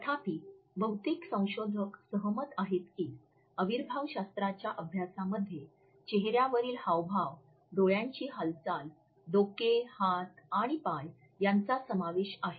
तथापि बहुतेक संशोधक सहमत आहेत की अविर्भावशास्त्राच्या अभ्यासामध्ये चेहऱ्यावरील हावभाव डोळ्यांची हालचाल डोके हात आणि पाय यांचा समावेश आहे